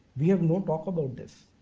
we have no and but about this.